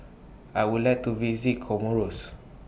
I Would like to visit Comoros